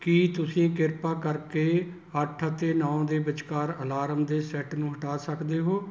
ਕੀ ਤੁਸੀਂ ਕਿਰਪਾ ਕਰਕੇ ਅੱਠ ਅਤੇ ਨੌ ਦੇ ਵਿਚਕਾਰ ਅਲਾਰਮ ਦੇ ਸੈੱਟ ਨੂੰ ਹਟਾ ਸਕਦੇ ਹੋ